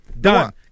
Done